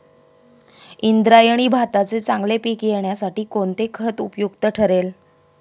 इंद्रायणी भाताचे चांगले पीक येण्यासाठी कोणते खत उपयुक्त ठरेल?